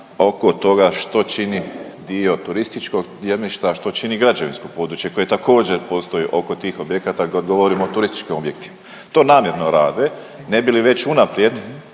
oko toga što čini dio turističkog …/govornik se ne razumije/…, a što čini građevinsko područje koje također postoji oko tih objekata, kad govorimo o turističkim objektima. To namjerno rade, ne bi li već unaprijed